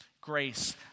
Grace